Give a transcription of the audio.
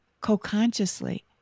co-consciously